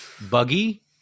buggy